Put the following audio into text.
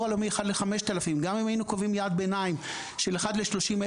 הלאומי 1:5,000. גם היינו קובעים יעד ביניים של 1:30,000,